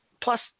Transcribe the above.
plus